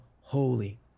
holy